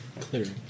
Clearing